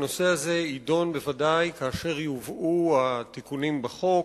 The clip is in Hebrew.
שהנושא הזה יידון בוודאי כאשר יובאו התיקונים בחוק,